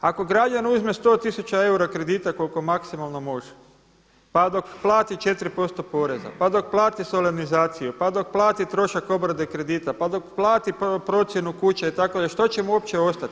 Ako građanin uzme 100 tisuća eura kredita koliko maksimalno može, pa dok plati 4% poreza, pa dok plati solemnizaciju, pa dok plati trošak obrade kredita, pa dok plati procjenu kuće što će mu uopće ostati.